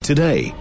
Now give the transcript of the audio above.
Today